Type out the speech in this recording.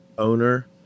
Owner